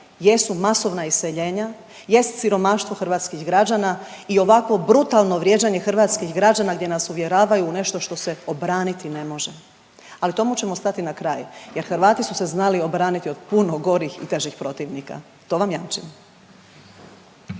jesu masovna iseljenja, jest siromaštvo hrvatskih građana i ovako brutalno vrijeđanje hrvatskih građana gdje nas uvjeravaju u nešto što se obraniti ne može, ali tomu ćemo stati na kraj jer Hrvati su se znali obraniti od puno gorih i težih protivnika. To vam jamčim.